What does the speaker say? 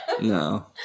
No